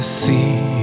see